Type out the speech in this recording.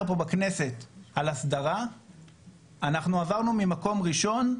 פה בכנסת על הסדרה עברנו ממקום ראשון לכישלון.